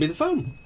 and phone